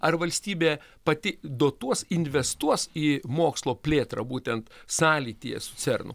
ar valstybė pati dotuos investuos į mokslo plėtrą būtent sąlytyje su cernu